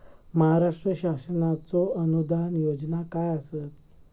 महाराष्ट्र शासनाचो अनुदान योजना काय आसत?